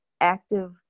active